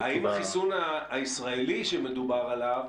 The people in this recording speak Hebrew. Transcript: האם החיסון הישראלי שמדובר עליו,